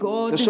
God